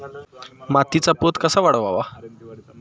मातीचा पोत कसा वाढवावा?